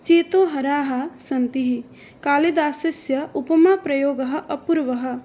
चेतोहराः सन्ति कालिदासस्य उपमाप्रयोगः अपूर्वः